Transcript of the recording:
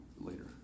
later